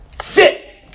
Sit